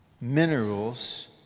minerals